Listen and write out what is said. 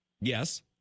Yes